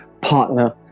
partner